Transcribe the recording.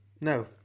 No